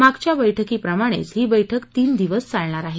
मागच्या बैठकी प्रमाणेच ही बैठक तीन दिवस चालणार आहे